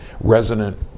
resonant